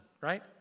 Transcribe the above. right